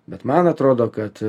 bet man atrodo kad